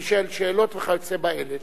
ויישאל שאלות וכיוצא באלה.